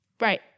Right